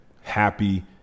happy